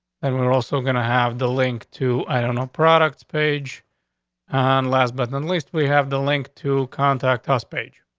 and we're also gonna have the link to i don't know, products page on. last but not and least, we have the link to contact us page.